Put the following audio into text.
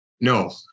No